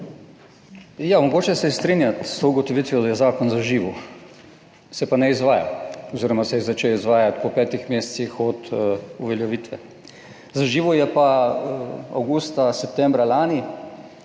Ja, mogoče se je strinjati s to ugotovitvijo, da je zakon zaživel, se pa ne izvaja oziroma se je začel izvajati po petih mesecih od uveljavitve. Zaživel je pa avgusta, septembra lani,